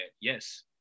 yes